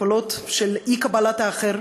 לקולות של אי-קבלת האחר,